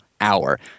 hour